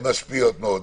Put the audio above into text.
הן משפיעות מאוד.